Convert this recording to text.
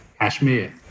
Kashmir